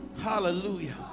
Hallelujah